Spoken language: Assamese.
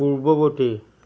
পূৰ্বৱৰ্তী